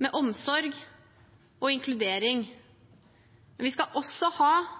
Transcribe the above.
med omsorg og med inkludering, men vi skal også ha